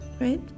right